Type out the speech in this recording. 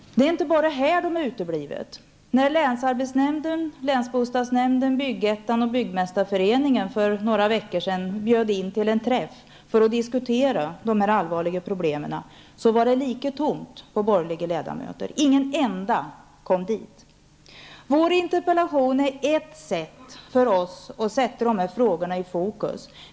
Det är inte bara här de borgerliga har uteblivit. När länsarbetsnämnden, länsbostadsnämnden, Byggettan och Byggmästareföreningen bjöd in till en träff för att diskutera de här allvarliga problemen, var det lika tomt på borgerliga ledamöter. Ingen enda kom dit. Vår interpellation är ett sätt för oss att placera de här frågorna i fokus.